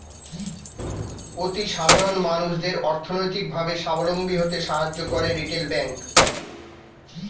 অতি সাধারণ মানুষদের অর্থনৈতিক ভাবে সাবলম্বী হতে সাহায্য করে রিটেল ব্যাংক